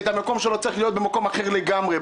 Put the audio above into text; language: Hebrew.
הוא צריך להיות במקום אחר לגמרי,